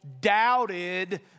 doubted